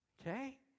Okay